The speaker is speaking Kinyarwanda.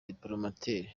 diplomate